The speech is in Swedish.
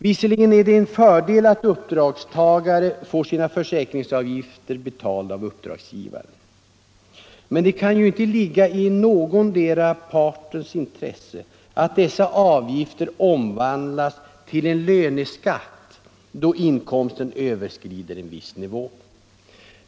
Visserligen är det en fördel att uppdragstagare får sina försäkringsavgifter betalda av uppdragsgivaren, men det kan ju inte ligga i någondera partens intresse att dessa avgifter omvandlas till en löneskatt då inkomsten överskrider en viss nivå.